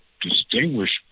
distinguished